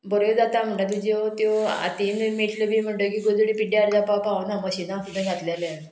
बऱ्यो जाता म्हणटा तूज्यो त्यो आतां मेटल्यो बी म्हणटकीर गजाली पिड्ड्यार जावपाक पावना मशिना फुडें घातलेलें